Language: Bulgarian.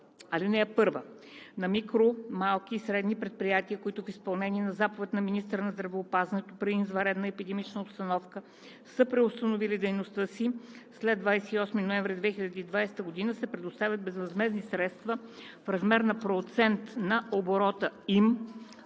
Чл. 26б. (1) На микро, малки и средни предприятия, които в изпълнение на заповед на министъра на здравеопазването при извънредна епидемична обстановка са преустановили дейността си след 28 ноември 2020 г., се предоставят безвъзмездни средства в размер на процент на оборота им